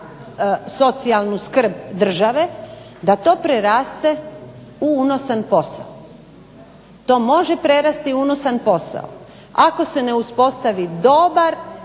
socijalnu skrb države, da to preraste u unosan posao. To može prerasti u unosan posao ako se ne uspostavi dobri